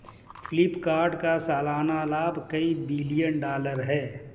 फ्लिपकार्ट का सालाना लाभ कई बिलियन डॉलर है